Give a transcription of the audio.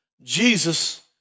Jesus